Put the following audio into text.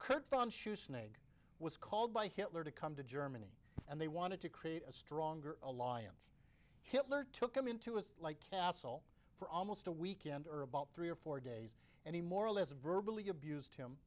cooked on shoe snake was called by hitler to come to germany and they wanted to create a stronger alliance hitler took him into his like castle for almost a weekend herb out three or four days and he more or less verbal e abused him